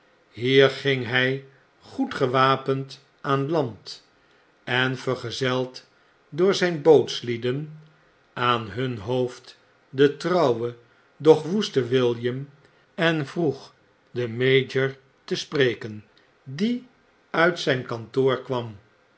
hier ging hij goed gewapendaan land en vergezeld door zyn bootslieden aan hun hoofd de trouwe doch woeste william en vroeg den mayor te spreken die nit zp kantoor kwam